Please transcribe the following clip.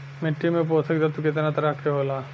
मिट्टी में पोषक तत्व कितना तरह के होला?